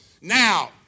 Now